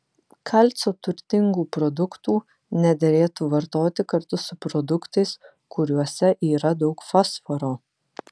kalcio turtingų produktų nederėtų vartoti kartu su produktais kuriuose yra daug fosforo